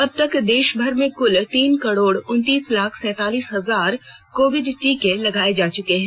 अब तक देशभर में कुल तीन करोड़ उनतीस लाख सैंतालीस हजार कोविड टीके लगाए जा चुके हैं